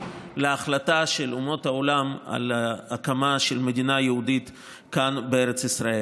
להחלטה של אומות העולם על הקמה של מדינה יהודית כאן בארץ ישראל.